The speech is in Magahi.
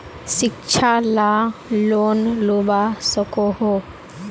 शिक्षा ला लोन लुबा सकोहो?